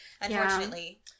unfortunately